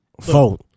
Vote